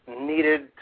needed